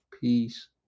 Peace